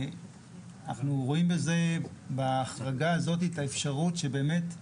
אנחנו רואים בהחרגה הזאת את האפשרות להתקדם ולהתפתח.